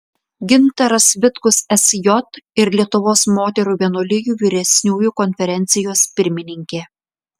gintaras vitkus sj ir lietuvos moterų vienuolijų vyresniųjų konferencijos pirmininkė